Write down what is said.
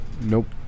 Nope